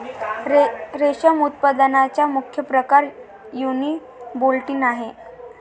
रेशम उत्पादनाचा मुख्य प्रकार युनिबोल्टिन आहे